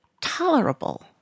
tolerable